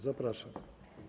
Zapraszam.